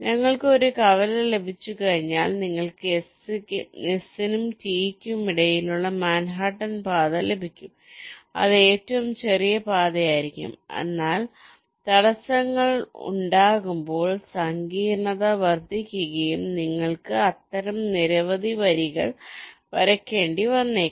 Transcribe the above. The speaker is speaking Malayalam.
ഞങ്ങൾക്ക് ഒരു കവല ലഭിച്ചുകഴിഞ്ഞാൽ നിങ്ങൾക്ക് S യ്ക്കും T യ്ക്കും ഇടയിലുള്ള മാൻഹട്ടൻ പാത ലഭിക്കും അത് ഏറ്റവും ചെറിയ പാതയായിരിക്കും എന്നാൽ തടസ്സങ്ങൾ ഉണ്ടാകുമ്പോൾ സങ്കീർണ്ണത വർദ്ധിക്കുകയും നിങ്ങൾക്ക് അത്തരം നിരവധി വരികൾ വരയ്ക്കേണ്ടി വന്നേക്കാം